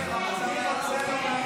כל כך,